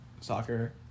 Soccer